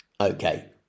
Okay